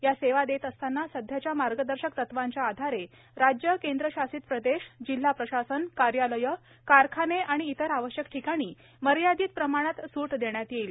या सेवा देत असतांना सध्याच्या मार्गदर्शक तत्त्वांच्या आधारे राज्यं केंद्रशासित प्रदेश जिल्हा प्रशासन कार्यालयं कारखाने आणि इतर आवश्यक ठिकाणी मर्यादित प्रमाणात सूट देण्यात येईल